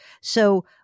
So-